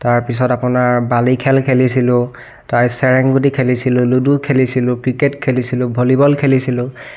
তাৰ পাছত আপোনাৰ বালি খেল খেলিছিলোঁ তাৰপিছত চেৰেংগুটি খেলিছিলোঁ লুডু খেলিছিলোঁ ক্ৰিকেট খেলিছিলোঁ ভলীবল খেলিছিলোঁ